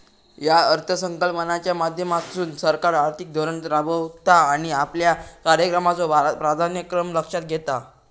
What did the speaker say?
या अर्थसंकल्पाच्या माध्यमातसून सरकार आर्थिक धोरण राबवता आणि आपल्या कार्यक्रमाचो प्राधान्यक्रम लक्षात घेता